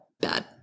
bad